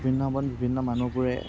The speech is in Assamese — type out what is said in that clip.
বিভিন্ন সময়ত বিভিন্ন মানুহবোৰে